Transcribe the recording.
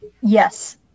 yes